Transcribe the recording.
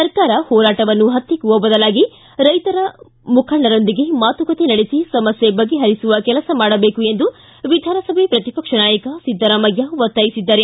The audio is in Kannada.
ಸರ್ಕಾರ ಹೋರಾಟವನ್ನು ಹತ್ತಿಕ್ಕುವ ಬದಲಾಗಿ ರೈತ ಮುಖಂಡರೊಂದಿಗೆ ಮಾತುಕತೆ ನಡೆಸಿ ಸಮಸ್ಯೆ ಬಗೆಹರಿಸುವ ಕೆಲಸ ಮಾಡಬೇಕು ಎಂದು ವಿಧಾನಸಭೆ ಪ್ರತಿಪಕ್ಷ ನಾಯಕ ಸಿದ್ದರಾಮಯ್ಯ ಒತ್ತಾಯಿಸಿದ್ದಾರೆ